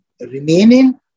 remaining